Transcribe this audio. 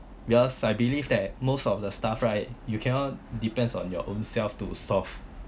because I believe that most of the stuff right you cannot depends on your own self to solve